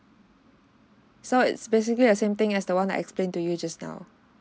so it's basically the same thing as the one I explain to you just now